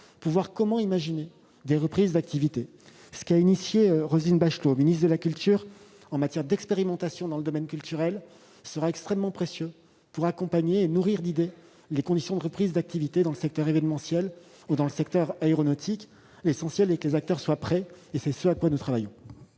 pour imaginer des reprises d'activité. Les réflexions qu'a engagées Roselyne Bachelot, ministre de la culture, en matière d'expérimentation dans le domaine culturel seront extrêmement précieuses pour accompagner et nourrir d'idées les conditions de reprise d'activité dans le secteur événementiel ou dans le secteur aéronautique. L'essentiel est que les acteurs soient prêts, et c'est ce à quoi nous travaillons.